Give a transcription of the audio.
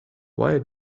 why